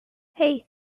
hey